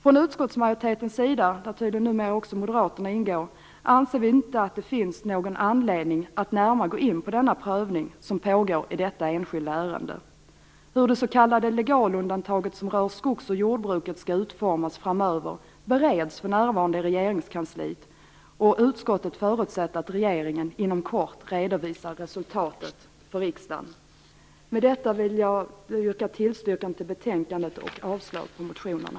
Från utskottsmajoritetens sida, där tydligen nu också moderaterna ingår, anser vi inte att det finns någon anledning att närmare gå in på den prövning som pågår i detta enskilda ärende. Hur det s.k. legalundantaget, som rör skogs och jordbruket, skall utformas framöver bereds för närvarande i Regeringskansliet och utskottet förutsätter att regeringen inom kort redovisar resultatet för riksdagen. Med detta tillstyrker jag betänkandet och yrkar avslag på motionerna.